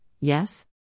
yes